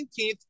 19th